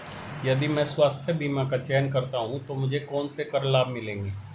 यदि मैं स्वास्थ्य बीमा का चयन करता हूँ तो मुझे कौन से कर लाभ मिलेंगे?